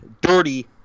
dirty